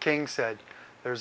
king said there